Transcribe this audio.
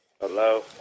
Hello